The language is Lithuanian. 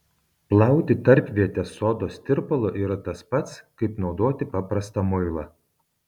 plauti tarpvietę sodos tirpalu yra tas pats kaip naudoti paprastą muilą